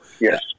yes